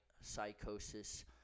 psychosis